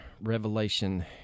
revelation